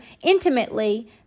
intimately